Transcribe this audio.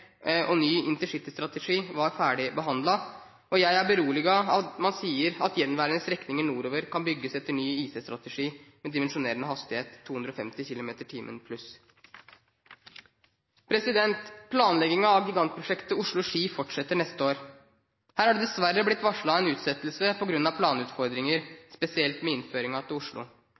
og ny intercitystrategi var ferdigbehandlet, og jeg er beroliget av at man sier at gjenværende strekninger nordover kan bygges etter ny IC-strategi med dimensjonerende hastighet på 250 km/t pluss. Planleggingen av gigantprosjektet Oslo–Ski fortsetter neste år. Her har det dessverre blitt varslet en utsettelse på grunn av planutfordringer, spesielt med innføringen til Oslo.